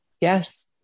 Yes